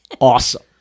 awesome